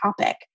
topic